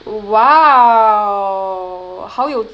!wow! 好有